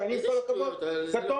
ואני עם כל הכבוד קטונתי.